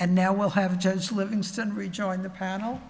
and now we'll have judge livingston rejoin the panel